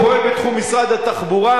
הוא פועל בתחום משרד התחבורה,